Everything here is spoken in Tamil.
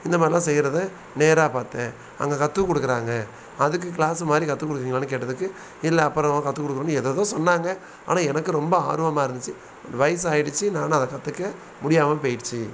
இந்தமாதிரில்லாம் செய்கிறத நேராக பார்த்தேன் அங்கே கற்றும் கொடுக்குறாங்க அதுக்கு க்ளாஸ்ஸு மாதிரி கற்று கொடுக்குறீங்களான்னு கேட்டதுக்கு இல்லை அப்புறமா கற்று கொடுக்குறோன்னு ஏதேதோ சொன்னாங்க ஆனால் எனக்கு ரொம்ப ஆர்வமாக இருந்துச்சு வயசாயிடிச்சு நானும் அதை கற்றுக்க முடியாமல் போயிடுச்சு